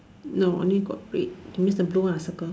no only got red that means the blue one I circle